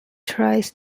tries